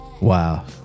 Wow